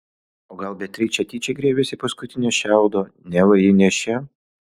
o gal beatričė tyčia griebėsi paskutinio šiaudo neva ji nėščia